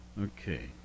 Okay